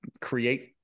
create